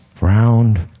round